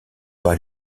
pas